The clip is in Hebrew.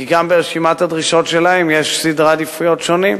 כי גם ברשימת הדרישות שלהם יש סדרי עדיפויות שונים,